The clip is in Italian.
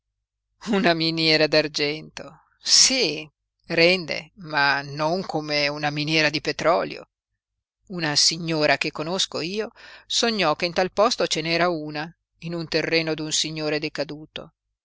una miniera d'argento sí rende ma non come una miniera di petrolio una signora che conosco io sognò che in tal posto ce n'era una in un terreno d'un signore decaduto